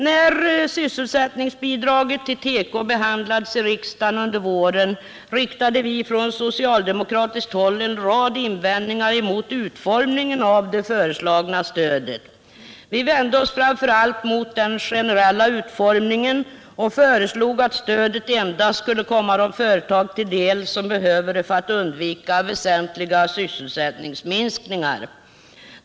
När sysselsättningsbidraget till tekoindustrin behandlades i riksdagen under våren riktades från socialdemokratiskt håll en rad invändningar mot utformningen av det föreslagna stödet. Vi vände oss framför allt mot den generella utformningen och föreslog att stödet endast skulle komma de företag till del som behöver det för att undvika väsentliga sysselsättningsminskningar.